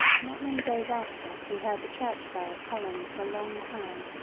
not many days after we heard the church-bell tolling for a long time,